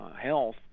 health